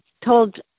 told